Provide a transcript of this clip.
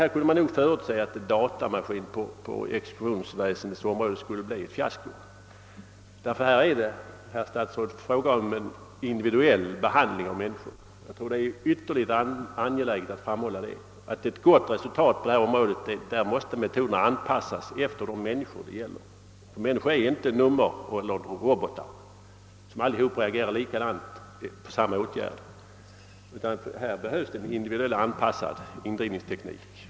Man kunde nog förutse att datamaskin på exekutionsväsendets område skulle bli ett fiasko, ty här är det, eller bör vara, herr statsråd, fråga om individuell behandling av människor. Jag tror det är ytterligt angeläget att framhålla den saken. För att nå ett gott resultat på detta område måste metoderna anpassas efter de människor det gäller. Människor är inte robotar. De reagerar inte alla likadant på samma åtgärd. Därför behöver vi en individuellt anpassad indrivningsteknik.